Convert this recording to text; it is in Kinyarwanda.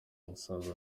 umusaza